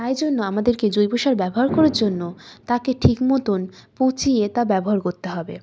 তাই জন্য আমাদেরকে জৈব সার ব্যবহার করার জন্য তাকে ঠিক মতন পচিয়ে তা ব্যবহার করতে হবে